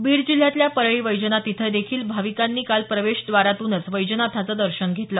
बीड जिल्ह्यातील परळी वैजनाथ इथं देखील भाविकांनी काल प्रवेशद्वारातूनच वैजनाथाचे दर्शन घेतलं